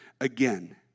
again